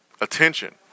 attention